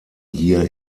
hier